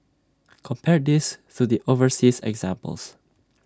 compare this to the overseas examples